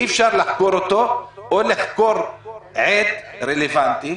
אי אפשר לחקור אותו או לחקור עד רלוונטי.